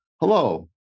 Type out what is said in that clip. Hello